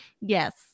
yes